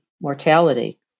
mortality